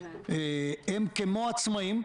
הם כמו עצמאים,